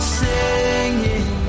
singing